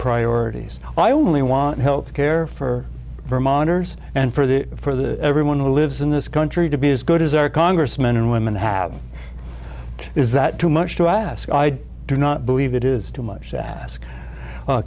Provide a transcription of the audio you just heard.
priorities i only want health care for vermonters and for the for the everyone who lives in this country to be as good as our congressmen and women have is that too much to ask i do not believe it is too much to ask